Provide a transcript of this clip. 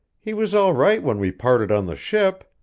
he was all right when we parted on the ship.